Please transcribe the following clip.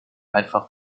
einfach